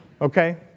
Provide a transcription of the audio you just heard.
okay